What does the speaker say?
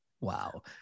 Wow